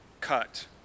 cut